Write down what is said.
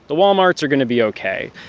the walmarts are going to be ok.